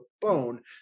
bone